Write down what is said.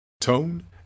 tone